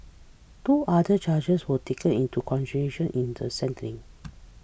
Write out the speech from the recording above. two other charges were taken into consideration in the sentencing